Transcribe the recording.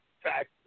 fact